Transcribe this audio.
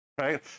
right